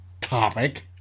topic